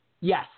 Yes